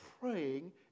praying